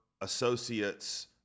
associates